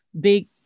big